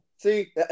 See